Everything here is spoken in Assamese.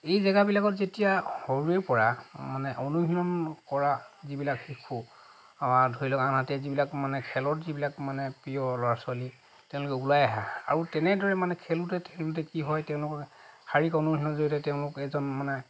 এই জেগাবিলাকত যেতিয়া সৰুৰে পৰা মানে অনুশীলন কৰা যিবিলাক শিশু আমাৰ ধৰি লওক আনহাতে যিবিলাক মানে খেলত যিবিলাক মানে পিয়'ৰ ল'ৰা ছোৱালী তেওঁলোকে ওলাই আহে আৰু তেনেদৰে মানে খেলোঁতে খেলোঁতে কি হয় তেওঁলোকৰ শাৰীৰিক অনুশীলনৰ জৰিয়তে তেওঁলোক এজন মানে